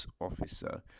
officer